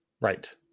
Right